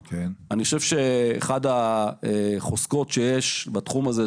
אני חושב שאחת החוזקות שיש בתחום הזה,